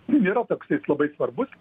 nėra toksai jis labai svarbus